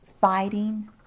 fighting